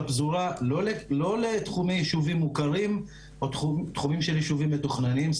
לפזורה ולא לתחומי יישובים מוכרים או תחומים של יישובים מתוכננים,